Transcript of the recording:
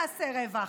נעשה רווח.